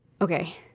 Okay